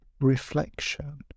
reflection